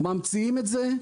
ממציאים את זה,